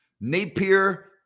Napier